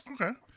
Okay